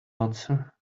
answer